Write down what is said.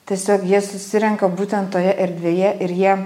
tiesiog jie susirenka būtent toje erdvėje ir jie